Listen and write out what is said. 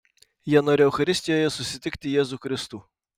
jie nori eucharistijoje susitikti jėzų kristų